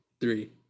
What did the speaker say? three